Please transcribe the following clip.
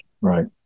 right